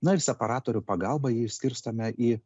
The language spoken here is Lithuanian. na ir separatorių pagalba jį išskirstome į